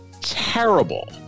terrible